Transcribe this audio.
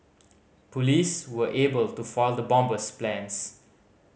police were able to foil the bomber's plans